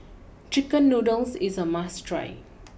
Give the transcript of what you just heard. Chicken Noodles is a must try